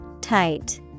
Tight